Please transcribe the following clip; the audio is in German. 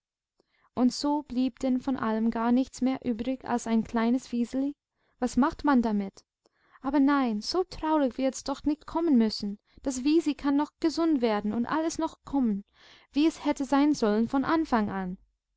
und so blieb denn von allem gar nichts mehr übrig als ein kleines wiseli was macht man damit aber nein so traurig wird's doch nicht kommen müssen das wisi kann noch gesund werden und alles noch kommen wie es hätte sein sollen von anfang an